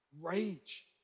rage